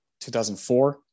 2004